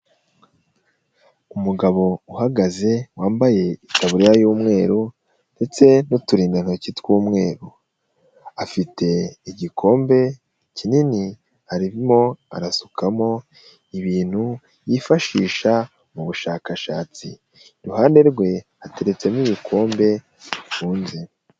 Umugabo uhagaze wambaye ikaburiya y'umweru, ndetse n'uturindantoki tw'umweru, afite igikombe kinini, arimo arasukamo ibintu yifashisha mu bushakashatsi, iruhande rwe hateretsemo ibikombe bifunze.